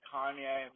Kanye